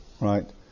right